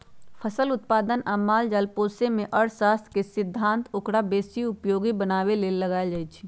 फसल उत्पादन आ माल जाल पोशेमे जे अर्थशास्त्र के सिद्धांत ओकरा बेशी उपयोगी बनाबे लेल लगाएल जाइ छइ